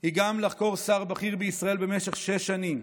היא גם לחקור שר בכיר בישראל במשך שש שנים,